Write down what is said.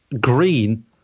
Green